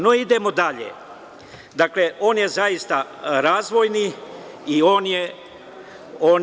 No, idemo dalje, dakle, on je zaista razvojni i on